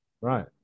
right